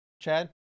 Chad